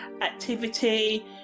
activity